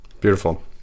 Beautiful